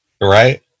Right